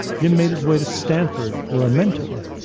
jim made his way to stanford, where a mentor,